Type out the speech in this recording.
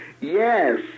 yes